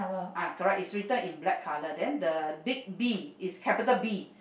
ah correct it's written in black colour then the big B is capital B